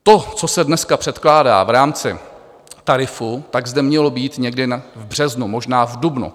To, co se dneska předkládá v rámci tarifu, zde mělo být někdy v březnu, možná v dubnu.